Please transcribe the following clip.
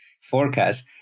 forecast